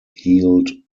heeled